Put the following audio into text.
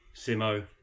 Simo